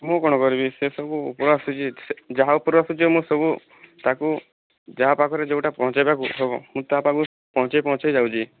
ମୁଁ କଣ କରିବି ସେ ସବୁ ଉପରୁ ଆସୁଛି ଯାହା ଉପରୁ ଆସୁଛି ମୁଁ ସବୁ ତାକୁ ଯାହା ପାଖରେ ଯେଉଁଟା ପହଞ୍ଚାଇବାକୁ ହେବ ମୁଁ ତାହା ପାଖକୁ ପହଞ୍ଚାଇ ପହଞ୍ଚାଇ ଯାଉଛି